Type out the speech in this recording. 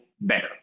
better